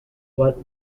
what